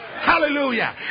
Hallelujah